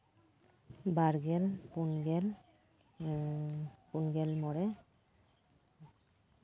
ᱵᱟᱨᱜᱮᱞ ᱯᱩᱱ ᱜᱮᱞ ᱯᱩᱱᱜᱮᱞ ᱢᱚᱲᱮ